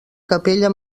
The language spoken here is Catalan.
capella